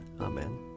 Amen